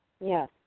Yes